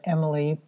Emily